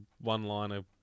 one-liner